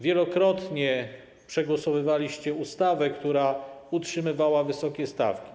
Wielokrotnie przegłosowywaliście ustawy, które utrzymywały wysokie stawki.